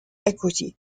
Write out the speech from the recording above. equity